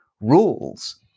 rules